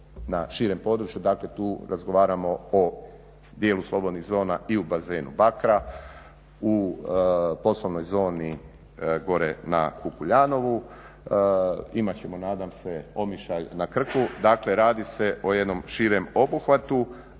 na širem području, dakle tu razgovaramo o dijelu slobodnih zona i u bazenu Bakra, u poslovnoj zoni gore ne Kukuljanovu, imat ćemo nadam se Omišalj na Krku, dakle radi se o jednom širem obuhvatu